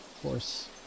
force